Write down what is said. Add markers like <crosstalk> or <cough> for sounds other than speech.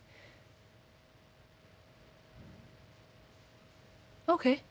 <breath> okay